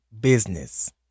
business